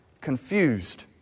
confused